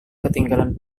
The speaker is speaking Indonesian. ketinggalan